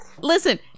Listen